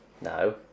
No